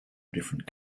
different